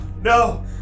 No